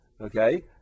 Okay